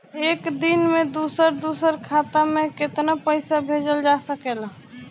एक दिन में दूसर दूसर खाता में केतना पईसा भेजल जा सेकला?